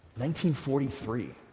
1943